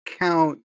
count